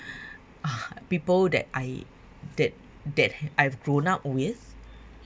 uh people that I that that I've grown up with